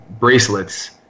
bracelets